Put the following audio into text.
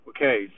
Okay